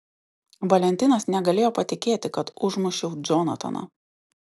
valentinas negalėjo patikėti kad užmušiau džonataną